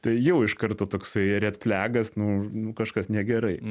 tai jau iš karto toksai red flagas nu nu kažkas negerai